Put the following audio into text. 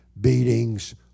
beatings